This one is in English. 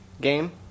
game